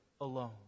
alone